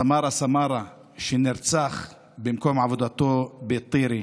סמארה סמארה, שנרצח במקום עבודתו בטירה,